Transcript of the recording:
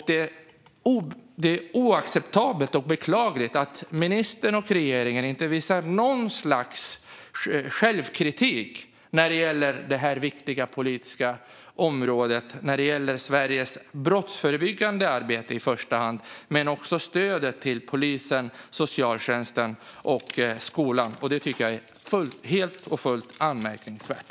Det är oacceptabelt och beklagligt att ministern och regeringen inte visar något slags självkritik när det gäller detta viktiga politiska område, som i första hand gäller Sveriges brottsförebyggande arbete men också stödet till polisen, socialtjänsten och skolan. Det tycker jag är helt och fullt anmärkningsvärt.